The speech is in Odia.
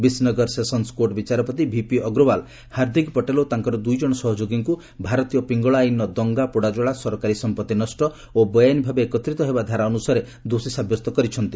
ବିଶ୍ ନଗର ସେସନ୍ସ୍ କୋର୍ଟ ବିଚାରପତି ଭିପି ଅଗ୍ରୱାଲ୍ ହାର୍ଦ୍ଦିକ୍ ପଟେଲ୍ ଓ ତାଙ୍କର ଦୁଇ ଜଣ ସହଯୋଗୀଙ୍କୁ ଭାରତୀୟ ପିଙ୍ଗଳ ଆଇନର ଦଙ୍ଗା ପୋଡ଼ାଜଳା ସରକାରୀ ସମ୍ପତ୍ତି ନଷ୍ଟ ଓ ବେଆଇନ ଭାବେ ଏକତ୍ରିତ ହେବା ଧାରା ଅନୁସାରେ ଦୋଷୀ ସାବ୍ୟସ୍ତ କରିଛନ୍ତି